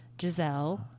Giselle